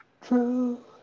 true